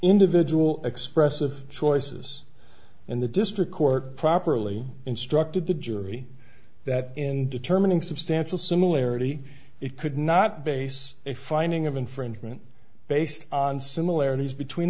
individual expressive choices and the district court properly instructed the jury that in determining substantial similarity it could not base a finding of infringement based on similarities between